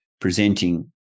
presenting